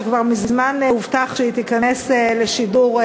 שכבר מזמן הובטח שהיא תיכנס לשידור,